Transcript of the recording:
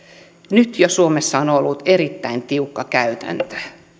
nyt jo suomessa on ollut erittäin tiukka käytäntö